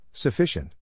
Sufficient